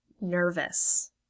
nervous